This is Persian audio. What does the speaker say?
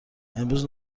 امروز